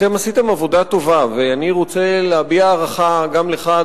אתם עשיתם עבודה טובה ואני רוצה להביע הערכה גם לך,